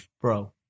Bro